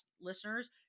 listeners